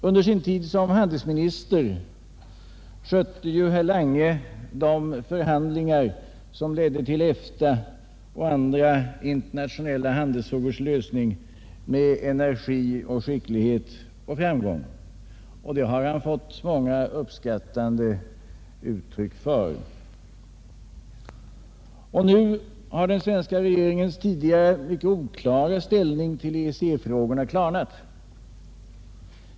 Under sin tid som handelsminister skötte ju herr Lange de förhandlingar som ledde till bildandet av EFTA och till olika handelsfrågors lösning med energi, skicklighet och framgång. För detta har han fätt många uttryck för uppskattning. Och nu har den svenska regeringens tidigare mycket oklara inställning till EEC-frågorna klarnat.